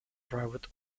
private